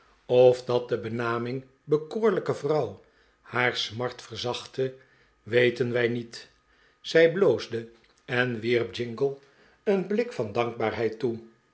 of dat de benaming bekoorlijke vrouw haar smart verzachtte weten wij niet zij bloosde en wierp jingle een blik van dankbaarheid toe